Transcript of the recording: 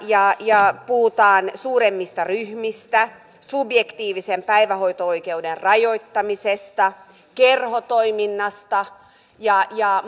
ja ja puhutaan suuremmista ryhmistä subjektiivisen päivähoito oikeuden rajoittamisesta kerhotoiminnasta ja ja